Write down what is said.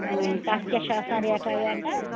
اۭں تَتھ کیٛاہ چھِ آسان ریٹَہ ویٹَہ